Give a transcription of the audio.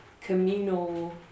communal